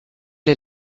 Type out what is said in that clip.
est